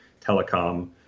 Telecom